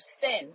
sin